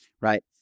right